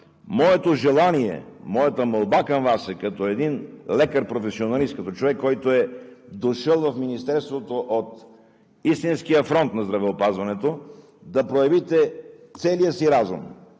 Моето желание, моята молба към Вас е като лекар, професионалист, като човек, който е дошъл в Министерството от истинския фронт на здравеопазването, да проявите целия си разум,